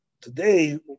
Today